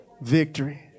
victory